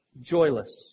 joyless